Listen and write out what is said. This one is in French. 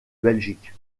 belgique